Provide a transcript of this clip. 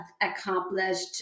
accomplished